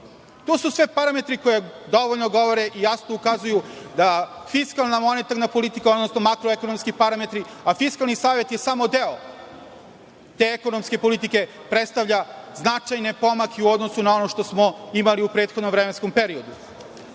su sve parametri koji dovoljno govore i jasno ukazuju da fiskalna monetarna politika odnosno makroekonomski parametri, a Fiskalni savet je samo deo te ekonomske politike, predstavlja značajan pomak u odnosu na ono što smo imali u prethodnom vremenskom periodu. Naravno